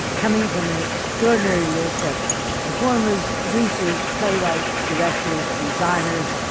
coming from an extraordinary list of performers, producers, playwrights, directors, designers,